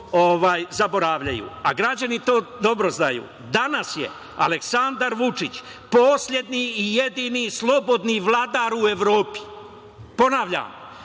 zaboravljaju, a građani to dobro znaju, danas je Aleksandar Vučić poslednji, jedini slobodni vladar u Evropi. Ponavljam,